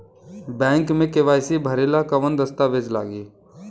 Bank मे KYC भरेला कवन दस्ता वेज लागी?